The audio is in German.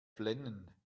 flennen